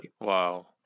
Wow